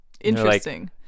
interesting